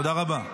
תודה רבה.